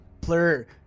Plur